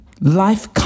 life